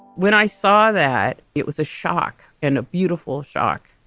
when i saw that, it was a shock and a beautiful shock.